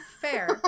fair